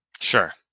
sure